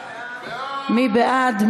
מי בעד?